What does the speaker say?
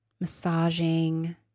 massaging